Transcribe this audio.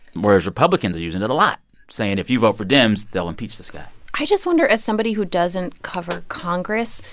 whereas republicans are using that a lot saying, if you vote for dems, they'll impeach this guy i just wonder, as somebody who doesn't cover congress,